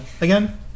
again